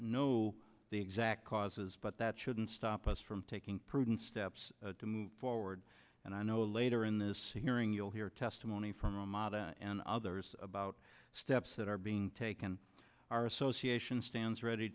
know the exact causes but that shouldn't stop us from taking prudent steps to move forward and i know later in this hearing you'll hear testimony from ata and others about steps that are being taken our association stands ready